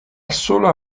sola